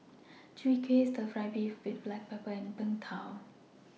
Chwee Kueh Stir Fried Beef with Black Pepper and Png Tao